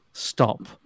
Stop